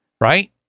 right